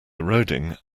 eroding